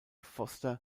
foster